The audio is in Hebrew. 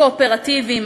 קואופרטיבים,